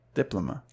diploma